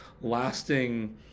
lasting